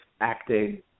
acting